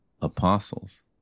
apostles